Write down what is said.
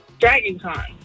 DragonCon